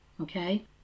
okay